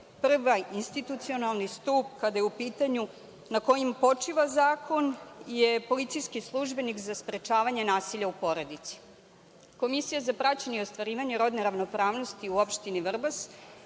prvi institucionalni stub kada je u pitanju na kojem počiva zakon je policijski službenik za sprečavanje nasilja u porodici. Komisija za praćenje i ostvarivanje rodne ravnopravnosti u opštini Vrbas